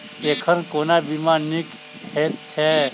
एखन कोना बीमा नीक हएत छै?